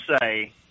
say